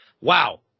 Wow